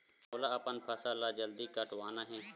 मोला अपन फसल ला जल्दी कटवाना हे?